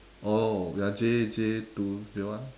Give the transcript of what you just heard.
oh you are J J two J one